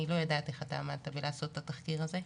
אני לא יודעת איך אתה עמדת בהכנת התחקיר הזה.